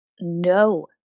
no